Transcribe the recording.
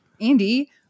Andy